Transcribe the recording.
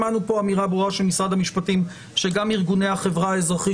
שמענו פה אמירה ברורה של משרד המשפטים שגם ארגוני החברה האזרחית